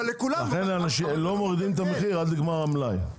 אם לא מורידים את המחיר אז נגמר המלאי.